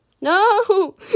No